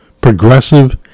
progressive